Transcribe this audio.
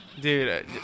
Dude